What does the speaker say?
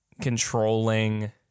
controlling